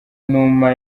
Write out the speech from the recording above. numa